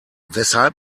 weshalb